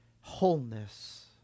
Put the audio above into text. wholeness